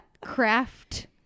craft